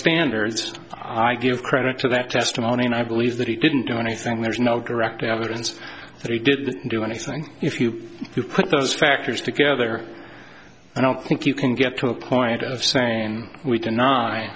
standards i give credit to that testimony and i believe that he didn't do anything there's no garage evidence that he did do anything if you put those factors together i don't think you can get to a point of saying we